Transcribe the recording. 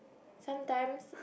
sometimes